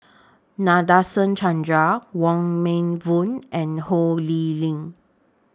Nadasen Chandra Wong Meng Voon and Ho Lee Ling